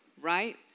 right